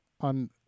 on